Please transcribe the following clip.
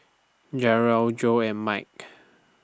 Jarrell Joe and Mike